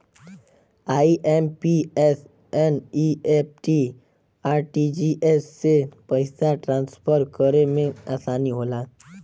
IMPS, NEFT, RTGS से पइसा transfer करे में आसानी होला